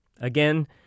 Again